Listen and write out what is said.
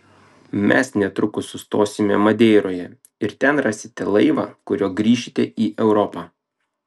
mes netrukus sustosime madeiroje ir ten rasite laivą kuriuo grįšite į europą